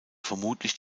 vermutlich